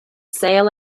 sale